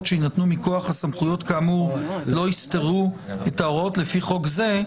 שיינתנו מכוח הסמכויות כאמור לא יסתרו את ההוראות לפי חוק זה",